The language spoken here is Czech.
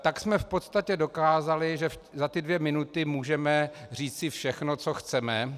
Tak jsme v podstatě dokázali, že za ty dvě minuty můžeme říci všechno, co chceme.